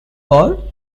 war